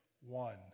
one